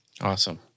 Awesome